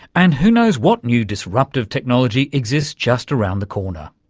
and who knows what new disruptive technology exists just around the corner?